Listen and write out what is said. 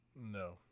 no